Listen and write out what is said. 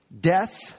death